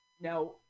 Now